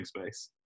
space